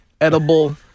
edible